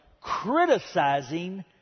criticizing